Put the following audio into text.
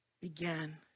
began